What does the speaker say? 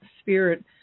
spirit